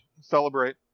celebrate